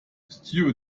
stew